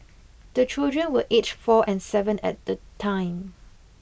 the children were aged four and seven at the time